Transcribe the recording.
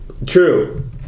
True